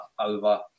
over